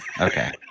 Okay